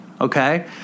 Okay